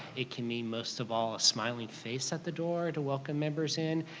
it can mean most of all a smiling face at the door to welcome members in.